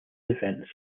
events